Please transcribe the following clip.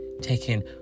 taking